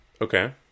Okay